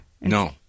no